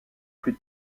plus